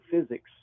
physics